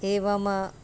एवम्